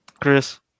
Chris